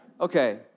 Okay